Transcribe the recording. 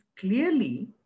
clearly